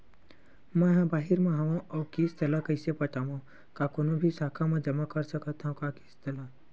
मैं हा बाहिर मा हाव आऊ किस्त ला कइसे पटावव, का कोनो भी शाखा मा जमा कर सकथव का किस्त ला?